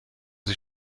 sie